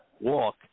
walk